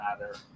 matter